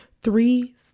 three